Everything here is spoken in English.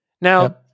Now